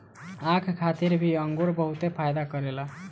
आँख खातिर भी अंगूर बहुते फायदा करेला